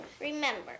Remember